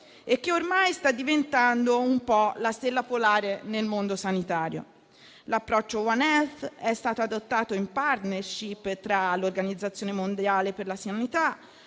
e che ormai sta diventando la stella polare nel mondo sanitario. L'approccio *One Health* è stato adottato in *partnership* tra l'Organizzazione mondiale della sanità,